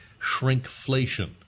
shrinkflation